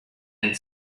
and